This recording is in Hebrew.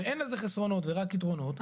ואין לזה חסרונות ורק יתרונות,